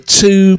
two